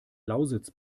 lausitz